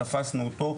תפסנו אותו,